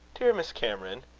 dear miss cameron,